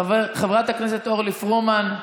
חברת הכנסת אורלי פרומן,